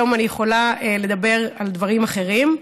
היום אני יכולה לדבר על דברים אחרים.